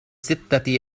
ستة